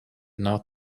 not